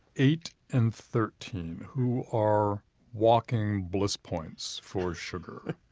eight and thirteen, who are walking bliss points for sugar.